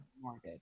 mortgage